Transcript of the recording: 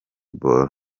ball